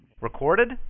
Recorded